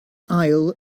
ail